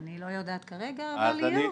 אני לא יודעת כרגע, אבל היו.